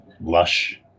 Lush